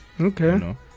okay